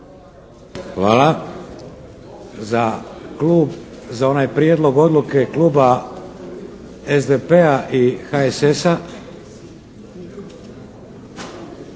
klub, za onaj prijedlog odluka kluba SDP-a i HSS-a.